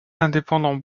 indépendant